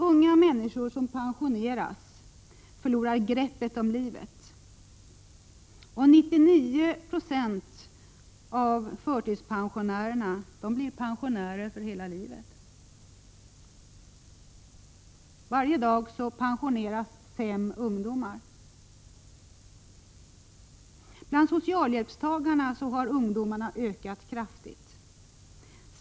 Unga människor som pensioneras förlorar greppet om livet. Och 99 96 av förtidspensionärerna blir pensionärer för hela livet. Varje dag pensioneras 5 ungdomar. Bland socialhjälpstagarna har ungdomarna ökat kraftigt.